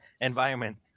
environment